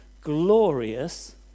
glorious